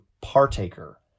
partaker